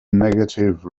negative